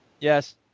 Yes